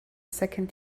second